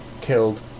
killed